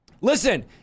Listen